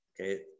Okay